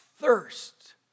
thirst